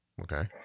okay